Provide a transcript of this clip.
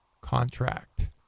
contract